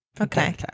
Okay